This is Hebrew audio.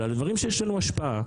אבל על הדברים שיש לנו השפעה,